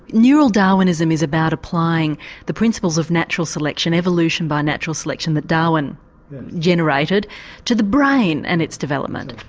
neural darwinism is about applying the principles of natural selection, evolution by natural selection that darwin generated to the brain and its development.